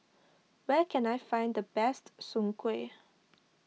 where can I find the best Soon Kway